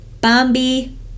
Bambi